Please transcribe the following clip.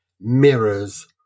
mirrors